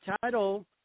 title